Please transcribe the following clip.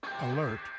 Alert